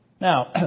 Now